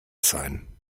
sein